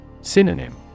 Synonym